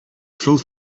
шул